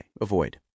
avoid